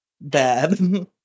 bad